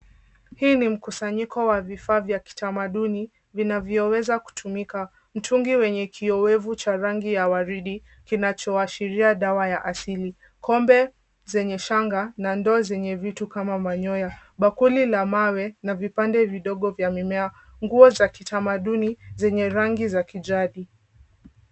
Hii ni mkusanyiko wa vifaa vya kitamaduni, vinavyoweza kutumika: mtungi wenye kioo wevu cha rangi ya waridi, kinachoashiria dawa ya asili. Kombe, zenye shanga, na ndoo zenye vitu kama manyoya, bakuli la mawe, na vipande vidogo vya mimea. Nguo za kitamaduni zenye rangi za kijadi.